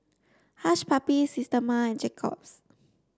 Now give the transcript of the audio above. Hush Puppies Systema and Jacob's